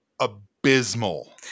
abysmal